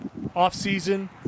offseason